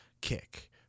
Kick